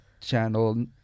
channel